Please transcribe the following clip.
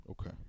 Okay